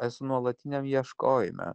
esu nuolatiniam ieškojime